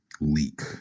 leak